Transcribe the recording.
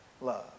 love